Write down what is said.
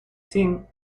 seen